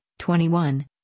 21